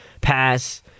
pass